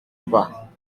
pas